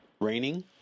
raining